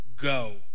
Go